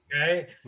okay